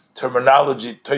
terminology